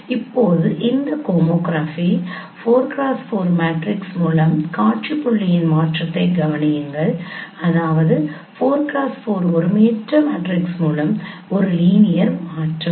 இப்போது இந்த homography 4x4 matrix மூலம் காட்சி புள்ளியின் மாற்றத்தைக் கவனியுங்கள் அதாவது 4x4 ஒருமையற்ற மேட்ரிக்ஸ் மூலம் ஒரு லீனியர் மாற்றம்